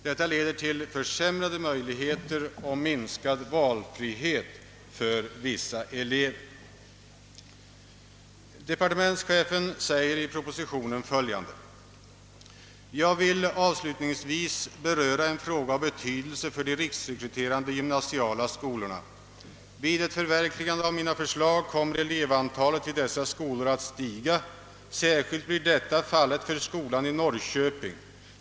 Det leder till försämrade möjligheter och minskad valfrihet för vissa elever. Departementschefen säger i propositionen: »Jag vill avslutningsvis beröra en fråga av betydelse för de riksrekryterande gymnasiala skolorna. Vid ett förverkligande av mina förslag kommer elevantalet vid dessa skolor att stiga. Särskilt blir detta fallet för skolan i Norrköping.